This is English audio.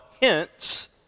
hence